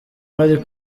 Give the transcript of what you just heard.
bari